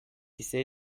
ise